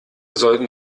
sollten